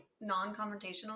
non-confrontational